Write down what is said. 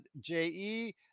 JE